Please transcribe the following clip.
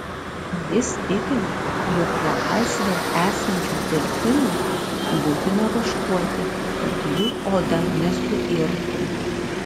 jis tikino jog nelaisvėje esančius delfinus būtina vaškuoti kad jų oda nesuirtų